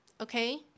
okay